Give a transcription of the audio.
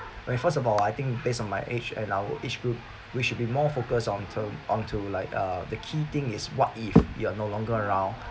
well first of all I think based on my age and our age group we should be more focus onto onto like uh the key thing is what if you are no longer around